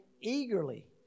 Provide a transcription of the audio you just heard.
eagerly